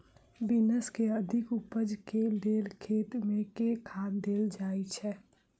Beans केँ अधिक उपज केँ लेल खेत मे केँ खाद देल जाए छैय?